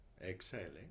exhaling